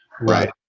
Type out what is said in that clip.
Right